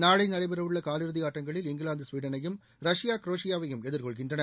நாளை நடைபெறவுள்ள காலிறுதி ஆட்டங்களில் இங்கிலாந்து ஸ்வீடனையும் ரஷ்யா குரேஷியாவையும் எதிர்கொள்கின்றன